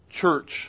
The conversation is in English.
church